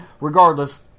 regardless